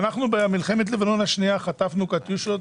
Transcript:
אבל במלחמת לבנון השנייה חטפנו קטיושות.